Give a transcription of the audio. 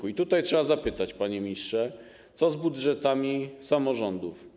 I tutaj trzeba zapytać, panie ministrze: Co z budżetami samorządów?